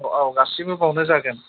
औ औ गासैबो बावनो जागोन